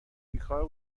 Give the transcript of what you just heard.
بیکار